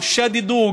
שדדו,